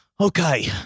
okay